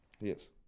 Yes